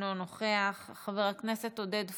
אינו נוכח, חבר הכנסת עודד פורר,